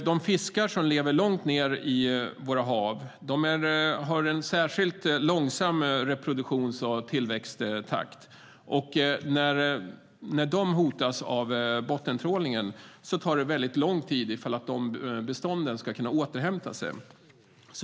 De fiskar som lever långt ned i våra hav har en särskilt långsam reproduktions och tillväxttakt. När de hotas av bottentrålning tar det lång tid för bestånden att återhämta sig.